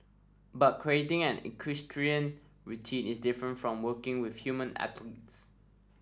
but creating an equestrian routine is different from working with human athletes